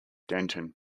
dentin